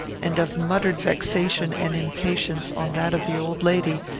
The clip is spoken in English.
and of muttered vexation and impatience on that of the old lady,